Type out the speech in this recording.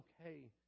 okay